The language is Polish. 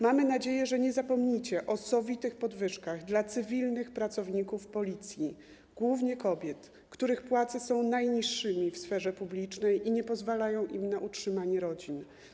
Mamy nadzieję, że nie zapomnicie o sowitych podwyżkach dla cywilnych pracowników Policji, głównie kobiet, których płace są najniższe w sferze publicznej i nie pozwalają im na utrzymanie rodzin.